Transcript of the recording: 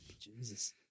Jesus